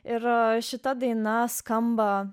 ir šita daina skamba